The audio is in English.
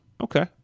okay